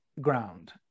ground